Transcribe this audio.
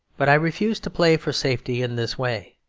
but i refuse to play for safety in this way.